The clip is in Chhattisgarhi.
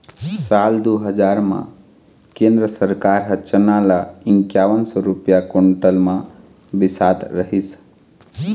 साल दू हजार म केंद्र सरकार ह चना ल इंकावन सौ रूपिया कोंटल म बिसात रहिस